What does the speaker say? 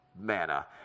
manna